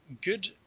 good